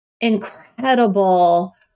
incredible